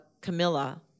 Camilla